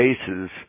cases